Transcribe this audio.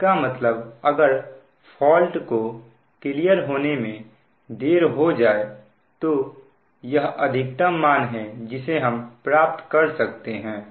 इसका मतलब अगर फॉल्ट को क्लियर होने में देर हो जाए तो यह अधिकतम मान है जिसे हम प्राप्त कर सकते हैं